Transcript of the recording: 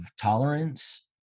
tolerance